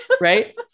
right